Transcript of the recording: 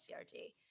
CRT